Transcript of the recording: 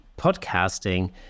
podcasting